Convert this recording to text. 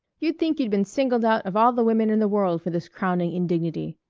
you'd think you'd been singled out of all the women in the world for this crowning indignity.